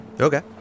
Okay